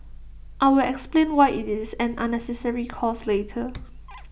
I'll explain why IT is an unnecessary cost later